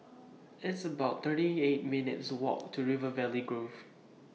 It's about thirty eight minutes' Walk to River Valley Grove